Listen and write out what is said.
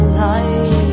light